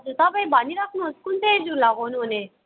हजुर तपाईँ भनिराख्नुहोस् कुन चाहिँ लगाउनु हुने